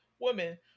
women